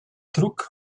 druck